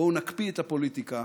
בואו נקפיא את הפוליטיקה